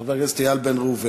חבר הכנסת פרץ, לא נמצא.